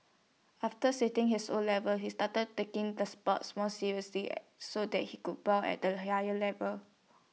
after sitting his O levels he started taking the sports more seriously so that he could bowl at A higher level